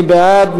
מי בעד?